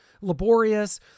laborious